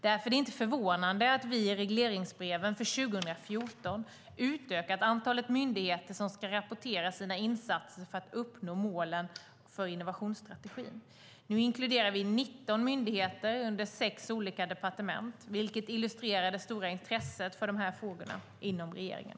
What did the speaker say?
Därför är det inte förvånande att vi i regleringsbreven för 2014 utökat antalet myndigheter som ska rapportera sina insatser för att uppnå målen för innovationsstrategin. Nu inkluderar vi 19 myndigheter under sex olika departement, vilket illustrerar det stora intresset för de här frågorna inom regeringen.